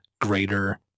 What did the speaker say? greater